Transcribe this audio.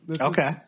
Okay